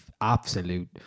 Absolute